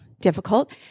difficult